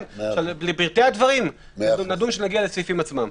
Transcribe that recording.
בפרטי הדברים נדון כשנגיע לסעיפים עצמם.